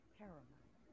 paramount